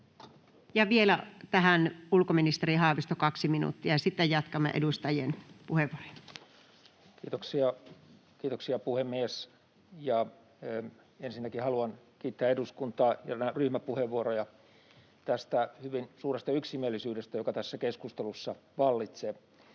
vielä tähän ulkoministeri Haavisto, 2 minuuttia, ja sitten jatkamme edustajien puheenvuoroja. Kiitoksia, puhemies! Ensinnäkin haluan kiittää eduskuntaa ja ryhmäpuheenvuoroja tästä hyvin suuresta yksimielisyydestä, joka tässä keskustelussa vallitsee,